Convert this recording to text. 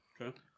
Okay